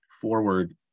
forward